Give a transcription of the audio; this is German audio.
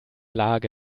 lage